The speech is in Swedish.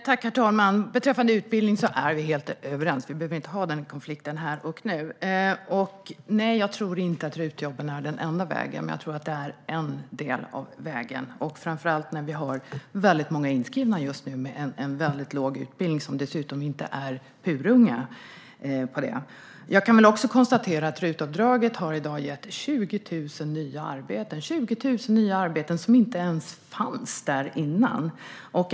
Herr talman! Beträffande utbildning är vi helt överens. Vi behöver inte ha den konflikten här och nu. Nej, jag tror inte att RUT-jobben är den enda vägen, men jag tror att de är en del, framför allt när vi just nu har väldigt många inskrivna som har en väldigt låg utbildning och som dessutom inte är purunga. Jag kan väl också konstatera att RUT-avdraget har gett 20 000 nya arbeten. Det är 20 000 arbeten som inte fanns tidigare.